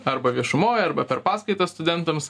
arba viešumoj arba per paskaitas studentams